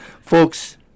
folks